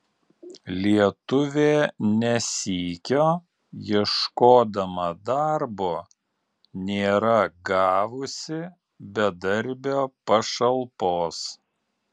lietuvė ne sykio ieškodama darbo nėra gavusi bedarbio pašalpos